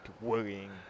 worrying